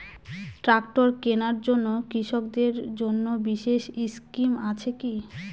Tractor কেনার জন্য কৃষকদের জন্য বিশেষ স্কিম আছে কি?